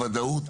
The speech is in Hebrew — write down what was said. הוודאות,